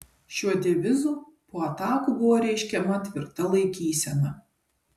šiuo devizu po atakų buvo reiškiama tvirta laikysena